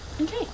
Okay